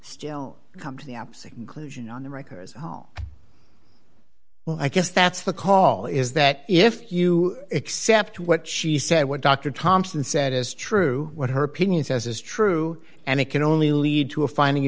still come to the opposite conclusion on the record well i guess that's the call is that if you accept what she said what dr thompson said is true what her opinion says is true and it can only lead to a finding